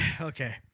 Okay